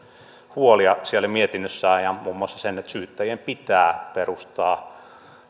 huolia siellä mietinnössään muun muassa sen että syyttäjien pitää perustaa